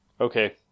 Okay